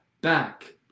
back